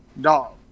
Dog